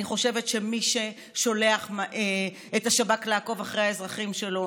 אני חושבת שמי ששולח את השב"כ לעקוב אחרי האזרחים שלו,